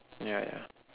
yeah yeah